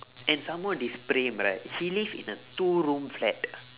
and some more this praem right he live in a two room flat